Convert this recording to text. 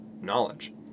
knowledge